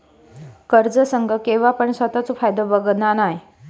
कर्ज संघ केव्हापण स्वतःचो फायदो बघत नाय